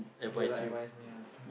ya lah advise me lah thank